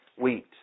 wheat